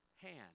hand